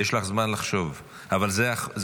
יש לך זמן לחשוב, אבל זה התקנון.